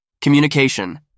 Communication